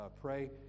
pray